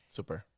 Super